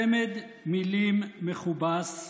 צמד מילים מכובס: